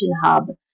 hub